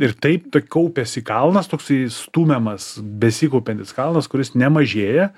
ir taip kaupiasi kalnas toksai stumiamas besikaupiantis kalnas kuris nemažėja